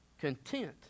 content